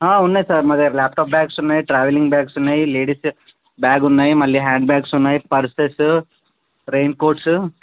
ఉన్నాయి సార్ మా దగ్గర ల్యాప్టాప్ బ్యాగ్స్ ఉన్నాయి ట్రావెలింగ్ బ్యాగ్స్ ఉన్నాయి లేడీస్ బ్యాగు ఉన్నాయి మళ్ళీ హ్యాండ్ బ్యాగ్స్ ఉన్నాయి పర్సెసు రెయిన్ కోట్సు